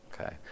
Okay